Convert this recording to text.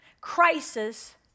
crisis